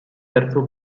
terzo